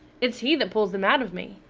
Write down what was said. it's he that pulls them out of me.